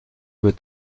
wird